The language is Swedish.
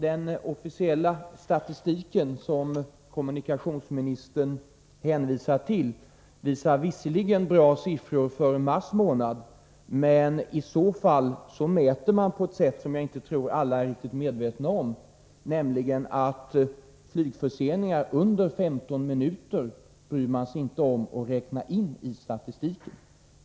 Den officiella statistiken, som kommunikationsministern hänvisar till, visar visserligen bra siffror för mars månad, men i så fall mäter man på ett sätt som jag inte tror alla är riktigt medvetna om, nämligen att man inte bryr sig om att i statistiken räkna in flygförseningar under 15 minuter.